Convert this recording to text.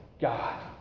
God